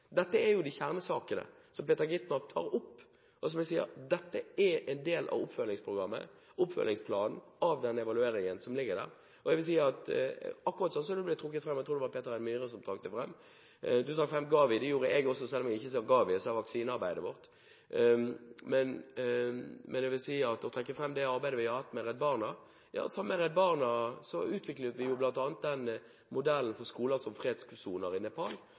Dette er jo kjernesakene, som Peter Skovholt Gitmark tar opp. Dette er en del av oppfølgingsplanen av den evalueringen som ligger der. Jeg tror det var Peter N. Myhre som trakk fram GAVI. Det gjorde jeg også, men jeg sier ikke GAVI – jeg sier vaksineprogrammet vårt. Man trekker fram det arbeidet vi har med Redd Barna. Sammen med Redd Barna utviklet vi jo bl.a. den modellen for skoler som fredssoner i Nepal,